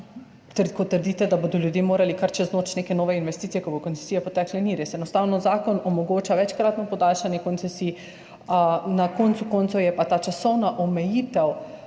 res, ko trdite, da bodo ljudje morali kar čez noč neke nove investicije, ko bodo koncesije potekle. Ni res, enostavno zakon omogoča večkratno podaljšanje koncesij, na koncu koncev pa ta časovna omejitev